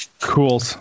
Cool